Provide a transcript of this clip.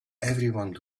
everyone